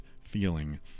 feeling